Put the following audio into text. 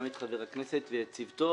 גם את חבר הכנסת את צוותו.